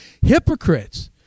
hypocrites